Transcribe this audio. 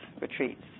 retreats